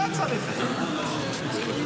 שר החינוך, אנא תפוס את מקומך.